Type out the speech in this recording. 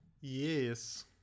Yes